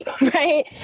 Right